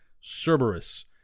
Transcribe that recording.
Cerberus